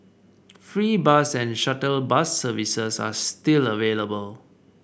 free bus and shuttle bus services are still available